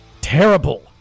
terrible